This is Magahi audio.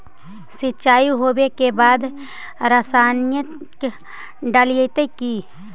सीचाई हो बे के बाद रसायनिक डालयत किया?